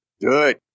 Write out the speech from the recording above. Good